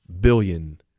billion